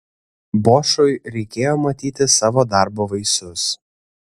bošui reikėjo matyti savo darbo vaisius